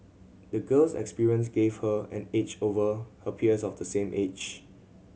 the girl's experience gave her an edge over her peers of the same age